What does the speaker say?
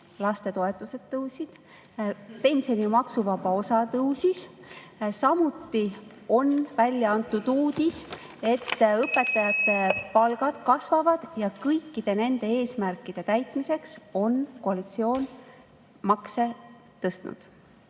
helistab kella.) pensionide maksuvaba osa tõusis, samuti on välja [öeldud] uudis, et õpetajate palgad kasvavad. Ja kõikide nende eesmärkide täitmiseks on koalitsioon makse tõstnud.